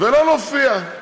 ולא להופיע.